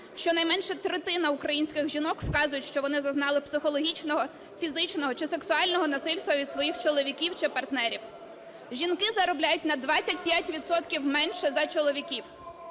щонайменше третина українських жінок вказують, що вони зазнали психологічного, фізичного чи сексуального насильства від своїх чоловік чи партнерів. Жінки заробляють на 25 відсотків менше за чоловіків.